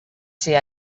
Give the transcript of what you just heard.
ser